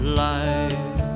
life